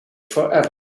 forever